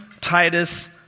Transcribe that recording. Titus